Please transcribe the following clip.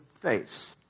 face